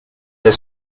the